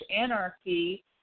Anarchy